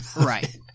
right